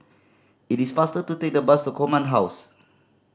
it is faster to take the bus to Command House